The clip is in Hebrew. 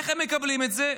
איך הם מקבלים את זה?